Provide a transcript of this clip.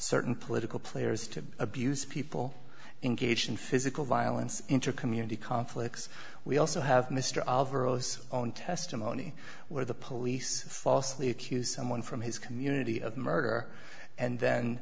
certain political players to abuse people engage in physical violence intercommunal conflicts we also have mr alvarez own testimony where the police falsely accused someone from his community of murder and then